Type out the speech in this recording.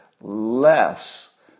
less